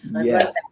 Yes